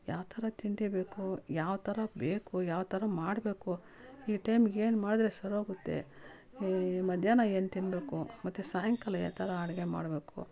ಯಾವ್ತರ ತಿಂಡಿ ಬೇಕೊ ಯಾವ್ತರ ಬೇಕು ಯಾವ್ತರ ಮಾಡಬೇಕು ಈ ಟೈಮಿಗೇನು ಮಾಡಿದ್ರೆ ಸರೋಗುತ್ತೆ ಮಧ್ಯಾಹ್ನ ಏನು ತಿನ್ನಬೇಕು ಮತ್ತು ಸಾಯಂಕಾಲ ಯಾಥರ ಅಡಿಗೆ ಮಾಡಬೇಕು